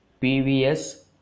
pvs